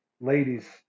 ladies